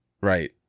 Right